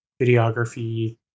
videography